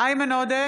איימן עודה,